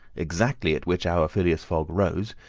exactly at which hour phileas fogg rose,